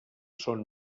són